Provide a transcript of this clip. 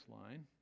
line